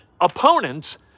opponents